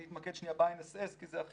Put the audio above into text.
אני אתמקד שנייה ב-INSS כי זה אחד